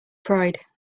pride